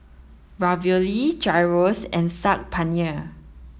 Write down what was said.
Ravioli Gyros and Saag Paneer